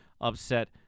upset